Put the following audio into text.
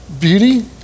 beauty